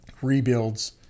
rebuilds